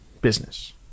business